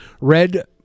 Red